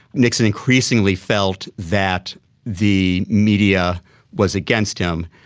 nixon increasingly felt that the media was against him,